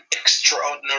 extraordinary